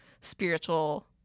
spiritual –